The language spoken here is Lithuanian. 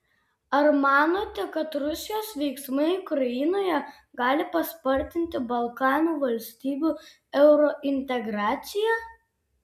ar manote kad rusijos veiksmai ukrainoje gali paspartinti balkanų valstybių eurointegraciją